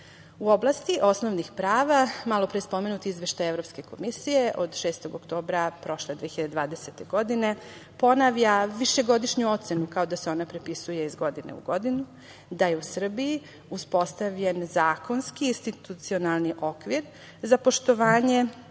oblasti osnovnih prava malopre spomenuti Izveštaj Evropske komisije od 6. oktobra 2020. godine ponavlja višegodišnju ocenu, kao da se ona prepisuje iz godine u godinu, da je u Srbiji uspostavljen zakonski institucionalni okvir za poštovanje